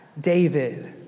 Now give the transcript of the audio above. David